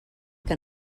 que